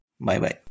Bye-bye